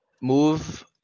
Move